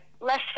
less